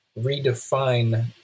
redefine